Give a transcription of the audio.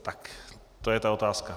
Tak, to je ta otázka.